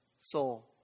Soul